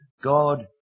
God